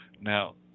Now